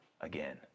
again